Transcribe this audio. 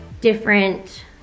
different